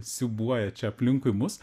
siūbuoja čia aplinkui mus